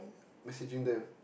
messaging them